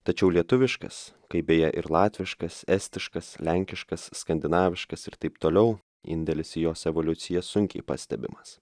tačiau lietuviškas kaip beje ir latviškas estiškas lenkiškas skandinaviškas ir taip toliau indėlis į jos evoliuciją sunkiai pastebimas